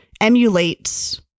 emulates